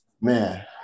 man